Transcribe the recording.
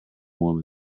woman